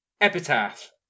epitaph